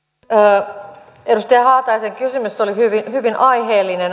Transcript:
edustaja haataisen kysymys oli hyvin aiheellinen